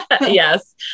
Yes